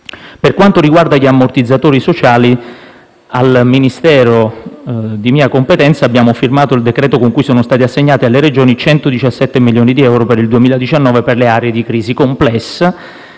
Per quanto riguarda gli ammortizzatori sociali, al Ministero di mia competenza abbiamo firmato il decreto con cui sono stati assegnati alle Regioni 117 milioni di euro per il 2019 per le aree di crisi complessa